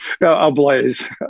ablaze